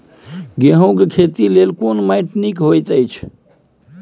गेहूँ के खेती लेल केना माटी नीक होयत अछि?